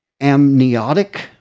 amniotic